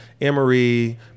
Emory